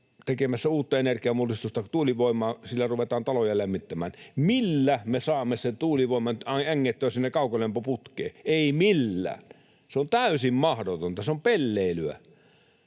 tekemässä uutta energianmuodostusta, tuulivoimaa, sillä ruvetaan taloja lämmittämään. Millä me saamme sen tuulivoiman ängettyä sinne kaukolämpöputkeen? Ei millään. Se on täysin mahdotonta, se on pelleilyä.